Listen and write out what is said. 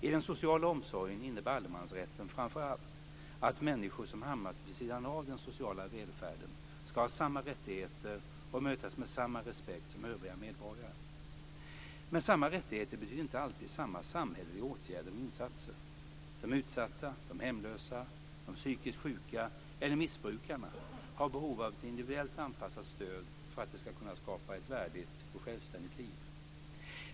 I den sociala omsorgen innebär allemansrätten framför allt att människor som hamnat vid sidan av den sociala välfärden ska ha samma rättigheter och mötas med samma respekt som övriga medborgare. Men samma rättigheter betyder inte alltid samma samhälleliga åtgärder och insatser. De utsatta, de hemlösa, de psykiskt sjuka eller missbrukarna har behov av ett individuellt anpassat stöd för att de ska kunna skapa ett värdigt och självständigt liv.